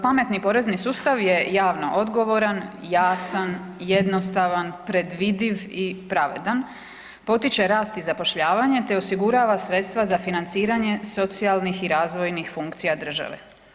Pametni porezni sustav je javno odgovoran, jasan, jednostavan, predvidiv i pravedan, potiče rast i zapošljavanje, te osigurava sredstva za financiranje socijalnih i razvojnih funkcija države.